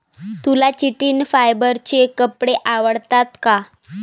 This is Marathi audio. तुला चिटिन फायबरचे कपडे आवडतात का?